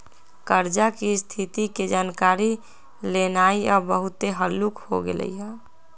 कर्जा की स्थिति के जानकारी लेनाइ अब बहुते हल्लूक हो गेल हइ